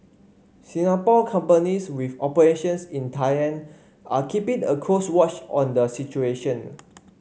Singapore companies with operations in Thailand are keeping a close watch on the situation